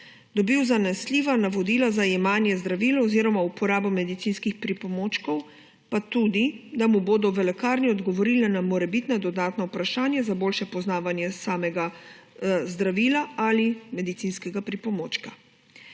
dobil zanesljiva navodila za jemanje zdravil oziroma uporabo medicinskih pripomočkov pa tudi, da mu bodo v lekarni odgovorili na morebitna dodatna vprašanja za boljše poznavanje samega zdravila ali medicinskega pripomočka.